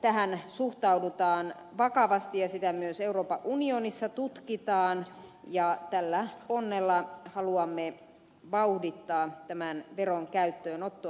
tähän suhtaudutaan vakavasti ja sitä myös euroopan unionissa tutkitaan ja tällä ponnella haluamme vauhdittaa tämän veron käyttöönottoa